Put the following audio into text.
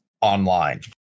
online